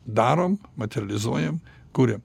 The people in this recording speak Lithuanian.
darom materializuojam kuriam